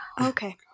Okay